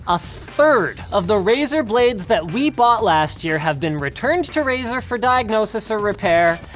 a third of the razer blades that we bought last year have been returned to razer for diagnosis or repair,